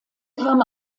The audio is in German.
kam